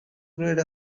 great